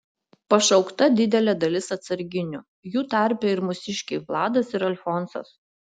pašaukta didelė dalis atsarginių jų tarpe ir mūsiškiai vladas ir alfonsas